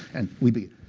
and we begin.